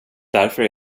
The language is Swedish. därför